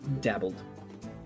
dabbled